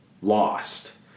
lost